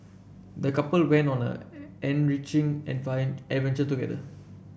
the couple went on an enriching advent adventure together